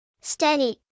steady